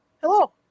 Hello